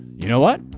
you know what.